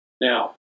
Now